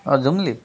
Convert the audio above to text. অ' জুমলি